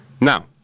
Now